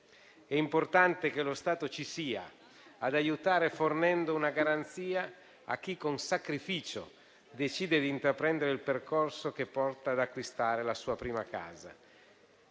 È importante che lo Stato ci sia ad aiutare, fornendo una garanzia a chi con sacrificio decide di intraprendere il percorso che porta ad acquistare la sua prima casa,